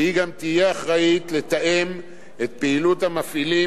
והיא גם תהיה אחראית לתאם את פעילות המפעילים